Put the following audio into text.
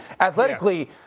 athletically –